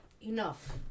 enough